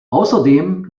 außerdem